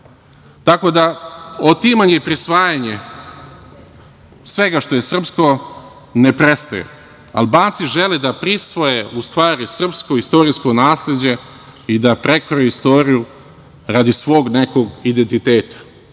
tako da otimanje i prisvajanje svega što je srpsko ne prestaje. Albanci žele da prisvoje srpsko istorijsko nasleđe i da prekroje istoriju radi svog nekog identiteta.